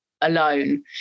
alone